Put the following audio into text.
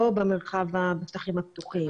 לא בשטחים הפתוחים,